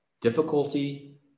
difficulty